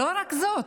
לא רק זאת,